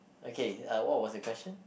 okay uh what was the question